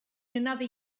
another